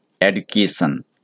education